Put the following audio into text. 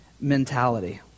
mentality